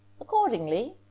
accordingly